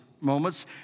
moments